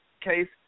case